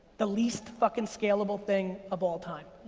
the least fucking scalable thing of all time.